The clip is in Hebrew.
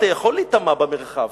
אתה יכול להיטמע במרחב.